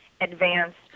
advanced